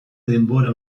denbora